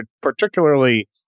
particularly